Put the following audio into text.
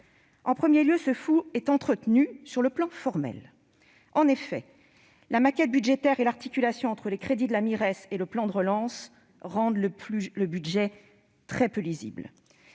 En premier lieu, ce flou est entretenu sur le plan formel. En effet, la maquette budgétaire et l'articulation entre les crédits de la Mires et le plan de relance rendent le budget très peu lisible.